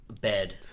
bed